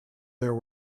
there